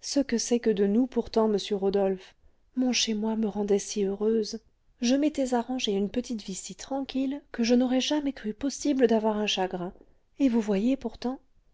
ce que c'est que de nous pourtant monsieur rodolphe mon chez moi me rendait si heureuse je m'étais arrangé une petite vie si tranquille que je n'aurais jamais cru possible d'avoir un chagrin et vous voyez pourtant